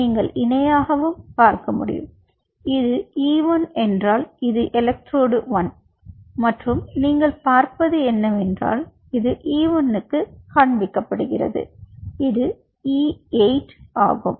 நீங்கள் இணையாகவும் பார்க்க முடியும் இது E1 என்றால் இது எலக்ட்ரோடு 1 மற்றும் நீங்கள் பார்ப்பது என்னவென்றால் இது E1 க்குக் காண்பிக்கப்படுகிறது இது E8 ஆகும்